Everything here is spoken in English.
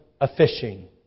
a-fishing